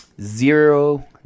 zero